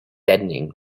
deadening